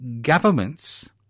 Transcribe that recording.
governments